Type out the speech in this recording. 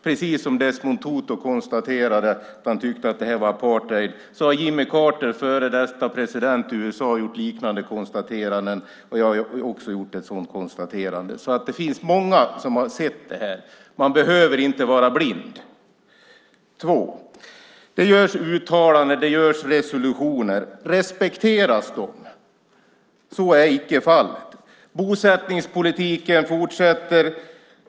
Precis som Desmond Tutu konstaterade att han tyckte att det här var apartheid har Jimmy Carter, före detta president i USA, gjort liknande konstateranden. Jag har också gjort ett sådant konstaterande. Det är alltså många som har sett det här. Man behöver inte vara blind. För det andra: Det görs uttalanden och resolutioner. Respekteras de? Så är icke fallet. Bosättningspolitiken fortsätter.